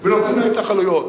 ונותנים להתנחלויות.